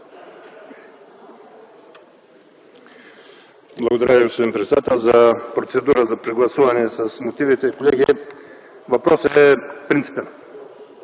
Благодаря Ви, господин председател. Процедура за прегласуване с мотивите – колеги, въпросът е принципен.